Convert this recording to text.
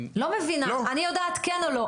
לא מבינה, אני יודעת כן או לא.